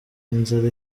inzara